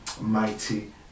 mighty